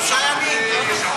שלושה ימי דיונים.